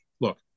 Look